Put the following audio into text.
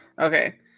Okay